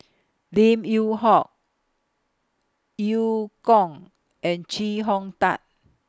Lim Yew Hock EU Kong and Chee Hong Tat